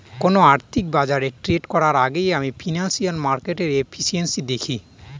কোন আর্থিক বাজারে ট্রেড করার আগেই আমি ফিনান্সিয়াল মার্কেটের এফিসিয়েন্সি দেখি